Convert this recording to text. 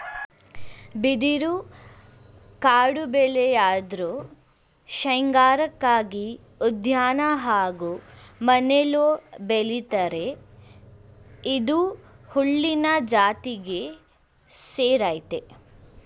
ಬಿದಿರು ಕಾಡುಬೆಳೆಯಾಧ್ರು ಶೃಂಗಾರಕ್ಕಾಗಿ ಉದ್ಯಾನ ಹಾಗೂ ಮನೆಲೂ ಬೆಳಿತರೆ ಇದು ಹುಲ್ಲಿನ ಜಾತಿಗೆ ಸೇರಯ್ತೆ